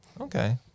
Okay